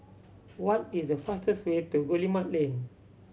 what is the fastest way to Guillemard Lane